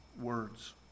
words